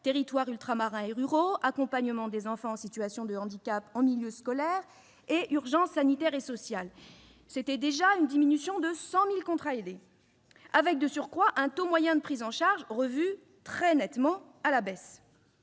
territoires ultramarins et ruraux, l'accompagnement des enfants en situation de handicap en milieu scolaire et l'urgence sanitaire et sociale. Cela représentait, déjà, une diminution de 100 000 contrats aidés, avec, de surcroît, un taux moyen de prise en charge revu très nettement à la baisse.